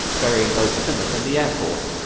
burying both plymouth and the airport.